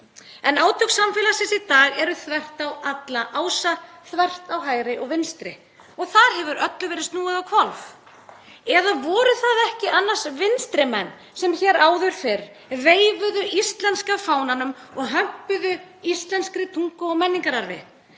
En átök samfélagsins í dag eru þvert á alla ása, þvert á hægri og vinstri. Og þar hefur öllu verið snúið á hvolf. Eða voru það ekki annars vinstri menn sem hér áður fyrr veifuðu íslenska fánanum og hömpuðu íslenskri tungu og menningararfi?